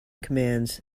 commands